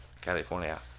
California